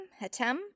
Hatem